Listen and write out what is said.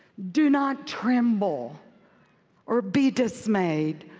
do not tremble or be dismayed,